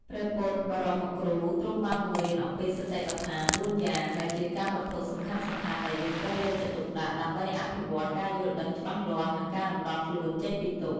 ព្រះពុទ្ធបរមគ្រូទ្រង់បានបង្រៀនអំពីសតិប្បដ្ឋាន ៤ យ៉ាង ដែលជាកម្មវត្ថុសំខាន់ៗដែលយើងត្រូវយកចិត្តទុកដាក់ដើម្បីអភិវឌ្ឍការយល់ដឹងច្បាស់លាស់ និងការរំដោះខ្លួនចេញពីទុក្ខ។